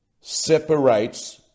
separates